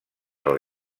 del